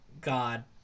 God